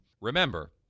Remember